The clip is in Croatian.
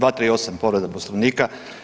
238. povreda Poslovnika.